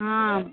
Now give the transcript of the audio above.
आम्